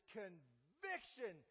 conviction